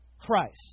Christ